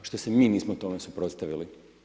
Što se mi nismo tome suprotstavili.